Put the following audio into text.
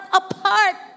apart